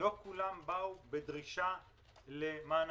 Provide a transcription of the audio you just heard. לא כולן באו בדרישה למענקים.